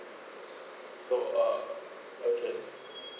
so uh okay